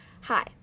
Hi